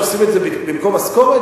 שעושים את זה במקום משכורת?